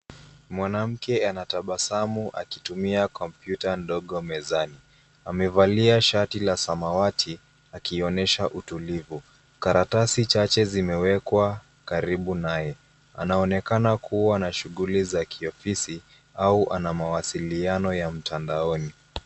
Mwanamke anatabasamu akitumia kompyuta ndogo mezani. Amevalia shati la samawati, akionesha utulivu. Karatasi chache zimewekwa karibu naye. Anaonekana kua na shughuli za kiofisi au ana mawasiliano ya mtandaoni.